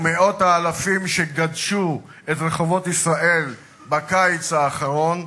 ומאות האלפים שגדשו את רחובות ישראל בקיץ האחרון,